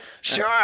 Sure